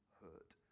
hurt